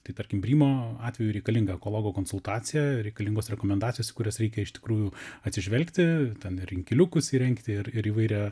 tai tarkim brymo atveju reikalinga ekologo konsultacija reikalingos rekomendacijos į kurias reikia iš tikrųjų atsižvelgti ten ir inkiliukus įrengti ir ir įvairią